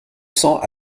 cents